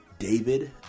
David